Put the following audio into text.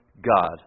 God